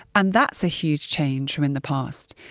and that's a huge change from and the past.